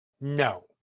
No